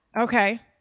Okay